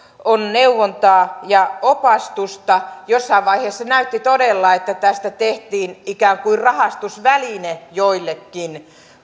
neuvontaa ja opastusta jossain vaiheessa näytti todella että tästä tehtiin ikään kuin rahastusväline joillekin